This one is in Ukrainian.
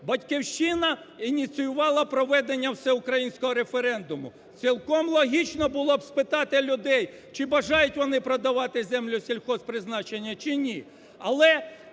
"Батьківщина" ініціювала проведення всеукраїнського референдуму. Цілком логічно було б спитати людей, чи бажають вони продавати землю сільгосппризначення, чи ні,